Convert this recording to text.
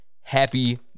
happy